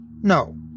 No